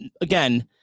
again